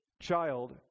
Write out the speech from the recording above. child